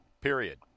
Period